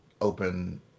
open